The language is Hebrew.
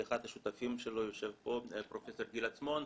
שאחד השותפים שלו יושב פה, פרופ' גיל עצמון,